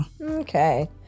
okay